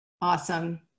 Awesome